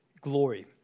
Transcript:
glory